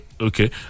Okay